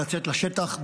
לצאת לשטח.